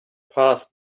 passed